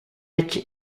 rich